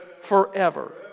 forever